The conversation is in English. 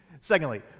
Secondly